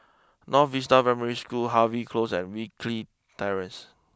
North Vista Primary School Harvey close and Wilkie Terrace